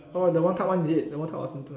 orh the one cup one is it the one cup